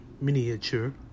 miniature